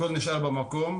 הכל נשאר במקום.